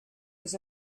was